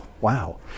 wow